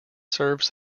serves